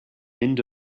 indo